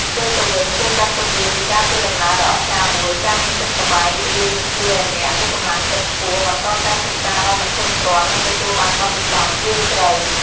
ផ្ទុយទៅវិញ ចូរចាត់ទុកវាជាការធ្វើដំណើរដ៏អស្ចារ្យមួយ។ ការមានចិត្តសប្បាយរីករាយនឹងជួយអ្នកឱ្យ មានកម្លាំងចិត្តខ្ពស់ បន្តការសិក្សាដោយមិនធុញទ្រាន់ និងទទួលបានបទពិសោធន៍ជ្រាលជ្រៅ។